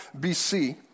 BC